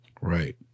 Right